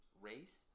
race